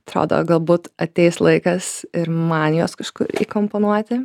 atrodo galbūt ateis laikas ir man juos kažkur įkomponuoti